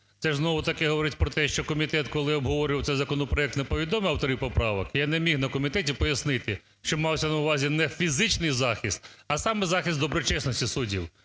Це знову ж таки говорить про те, що комітет, коли обговорював цей законопроект, не повідомив авторів поправок. Я не міг на комітеті пояснити, що мався на увазі не фізичний захист, а саме захист доброчесності суддів.